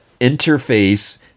interface